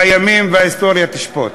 והימים וההיסטוריה ישפטו.